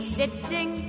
sitting